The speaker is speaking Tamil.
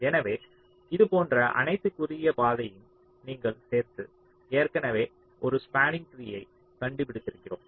எனவே இது போன்ற அனைத்து குறுகிய பாதையையும் நீங்கள் சேர்த்து ஏற்கனவே ஒரு ஸ்பாண்ணிங் ட்ரீயை கண்டுபிடித்திருக்கிறோம்